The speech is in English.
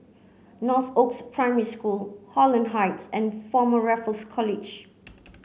Northoaks Primary School Holland Heights and Former Raffles College